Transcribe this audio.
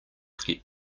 get